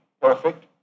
perfect